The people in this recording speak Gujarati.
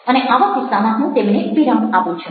અને આવા કિસ્સામાં હું તેમને વિરામ આપું છું